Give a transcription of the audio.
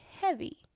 heavy